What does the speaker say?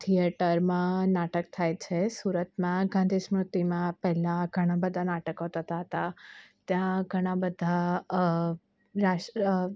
થિએટરમાં નાટક થાય છે સુરતમાં ગાંધી સ્મૃતિમાં પેલા ઘણા બધા નાટકો થતાં હતા ત્યાં ઘણા બધા રાસ્ટ્ર